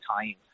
time